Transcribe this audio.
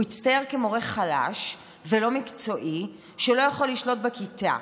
הוא יצטייר כמורה חלש ולא מקצועי שלא יכול לשלוט בכיתה.